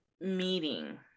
meeting